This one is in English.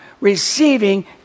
receiving